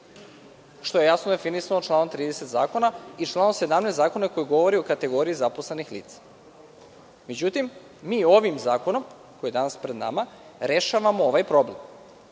što je jasno definisano članom 30. Zakona i članom 17. Zakona koji govori o kategoriji zaposlenih lica.Međutim, mi ovim zakonom koji je danas pred nama rešavamo ovaj problem.